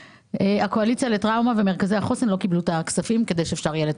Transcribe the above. לקואליציה לטראומה ומרכזי החוסן כדי שאפשר יהיה לטפל?